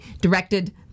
directed